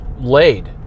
laid